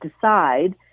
decide